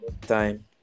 time